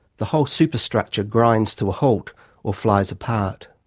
the whole superstructure grinds to a halt or flies apart.